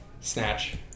Snatch